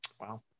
Wow